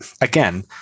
again